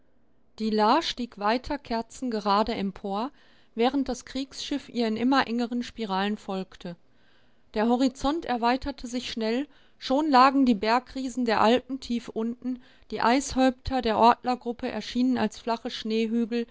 die la stieg weiter kerzengerade empor während das kriegsschiff ihr in immer engeren spiralen folgte der horizont erweiterte sich schnell schon lagen die bergriesen der alpen tief unten die eishäupter der ortlergruppe erschienen als flache